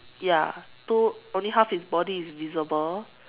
ya two only half his body is visible